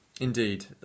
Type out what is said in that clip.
Indeed